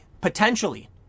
Potentially